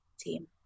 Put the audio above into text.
team